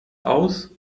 aus